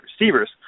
receivers